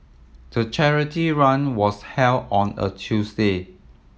the charity run was held on a Tuesday